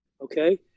Okay